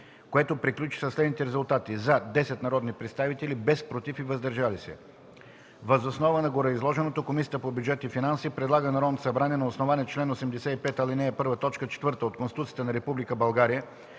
което приключи със следните резултати: „за” – 10 народни представители, без „против” и „въздържали се”. Въз основа на гореизложеното Комисията по бюджет и финанси предлага на Народното събрание на основание чл. 85, ал. 1, т. 4 от Конституцията на